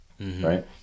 right